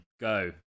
go